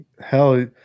hell